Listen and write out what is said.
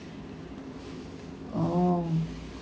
oh